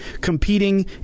competing